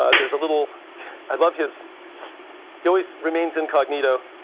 ah there's a little i love his he always remains incognito.